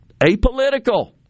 apolitical